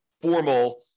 formal